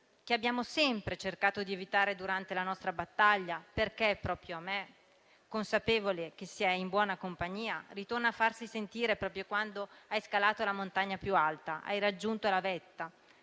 che abbiamo sempre cercato di evitare durante la nostra battaglia - perché proprio a me? - consapevoli che si è in buona compagnia, ritorna a farsi sentire proprio quando hai scalato la montagna più alta e hai raggiunto la vetta,